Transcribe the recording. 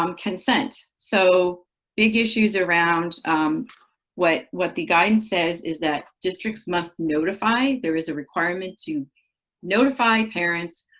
um consent. so big issues around what what the guidance says is that districts must notify there is a requirement to notify parents.